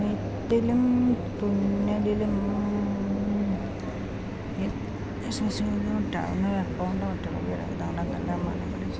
നെയ്ത്തിലും തുന്നലിലും